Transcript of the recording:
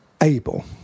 able